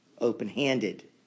Open-handed